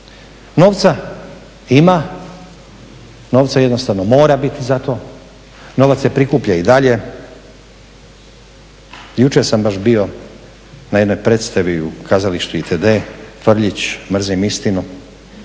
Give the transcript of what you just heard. Novca ima, novca jednostavno mora biti za to, novac se prikuplja i dalje. Jučer sam baš bio na jednoj predstavi u kazalištu ITD Frljić "Mrzim istinu"